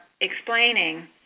explaining